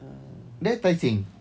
there tai seng